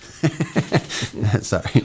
sorry